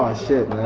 shit,